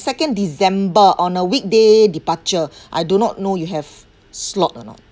second december on a weekday departure I do not know you have slot or not